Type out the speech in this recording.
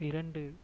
இரண்டு